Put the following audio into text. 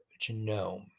genome